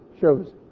shows